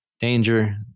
danger